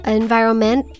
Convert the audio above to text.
environment